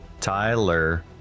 Tyler